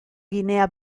ginea